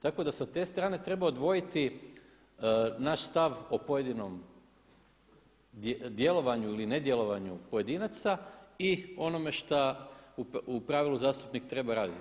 Tako da sa te strane treba odvojiti naš stav o pojedinom djelovanju ili nedjelovanju pojedinaca i onome šta u pravilu zastupnik treba raditi.